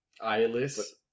Eyeless